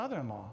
MOTHER-IN-LAW